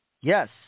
Yes